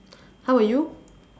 how about you